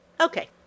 Okay